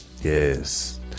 Yes